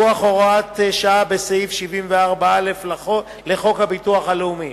מכוח הוראת שעה בסעיף 74א לחוק הביטוח הלאומי.